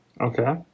Okay